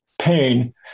pain